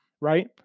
right